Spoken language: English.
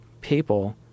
people